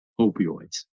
opioids